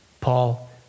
Paul